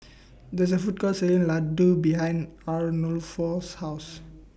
There IS A Food Court Selling Ladoo behind Arnulfo's House